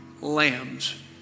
lambs